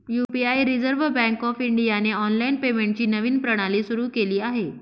UPI reserve bank of इंडियाने online पेमेंटची नवीन प्रणाली सुरू केली आहे